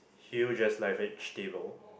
hill just leverage table